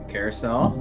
Carousel